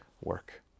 work